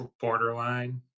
borderline